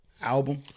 album